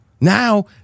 Now